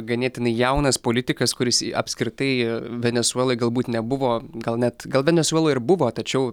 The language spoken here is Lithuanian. ganėtinai jaunas politikas kuris apskritai venesuelai galbūt nebuvo gal net gal venesueloj ir buvo tačiau